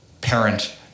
parent